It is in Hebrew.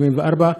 44%,